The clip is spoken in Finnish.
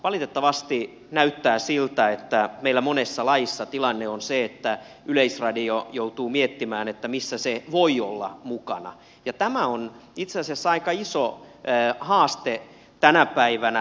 valitettavasti näyttää siltä että meillä monessa lajissa tilanne on se että yleisradio joutuu miettimään missä se voi olla mukana ja tämä on itse asiassa aika iso haaste tänä päivänä